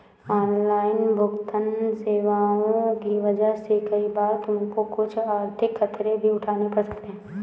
online भुगतन्न सेवाओं की वजह से कई बार तुमको कुछ आर्थिक खतरे भी उठाने पड़ सकते हैं